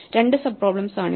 2 sub problems ആണിവ